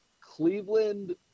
Cleveland